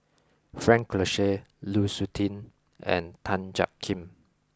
Frank Cloutier Lu Suitin and Tan Jiak Kim